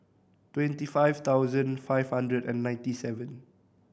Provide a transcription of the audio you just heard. twenty five thousand five hundred and ninety seven